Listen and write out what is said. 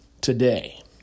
today